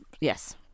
yes